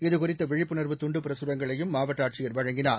இதகுறித்த விழிப்புணர்வு துண்டு பிரசுரங்களையும் மாவட்ட ஆட்சியர் வழங்கினார்